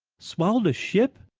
swallowed a ship?